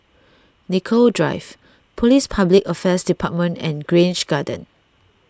Nicoll Drive Police Public Affairs Department and Grange Garden